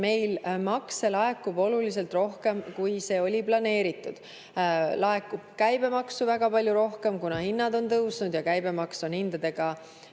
meil makse laekub oluliselt rohkem, kui oli planeeritud. Laekub käibemaksu väga palju rohkem, kuna hinnad on tõusnud ja käibemaks on hindadega